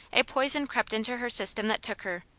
a poison crept into her system that took her.